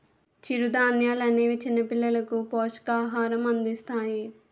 చిరుధాన్యాలనేవి చిన్నపిల్లలకు పోషకాహారం అందిస్తాయి